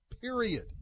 period